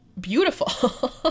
beautiful